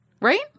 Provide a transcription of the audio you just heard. right